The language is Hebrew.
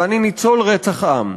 ואני ניצול רצח עם.